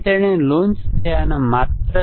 તેઓ પૂરતા સારા નથી